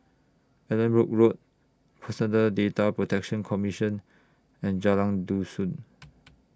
Allanbrooke Road Personal Data Protection Commission and Jalan Dusun